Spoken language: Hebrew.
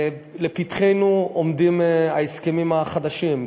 לפתחנו מונחים ההסכמים החדשים.